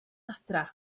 adra